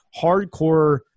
hardcore